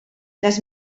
les